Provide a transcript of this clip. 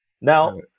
Now